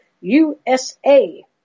USA